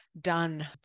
done